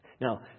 Now